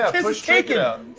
this is taken!